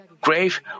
grave